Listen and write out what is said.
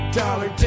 dollar